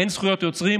אין זכויות יוצרים,